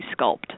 sculpt